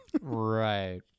Right